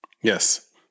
Yes